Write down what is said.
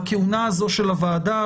בכהונה זו של הוועדה,